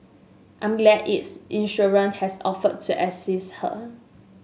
I'm glad its insurer has offered to assist her